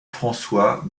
françois